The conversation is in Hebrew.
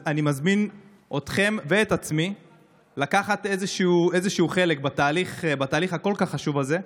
ואני מזמין אתכם ואת עצמי לקחת איזשהו חלק בתהליך הכל-כך חשוב הזה,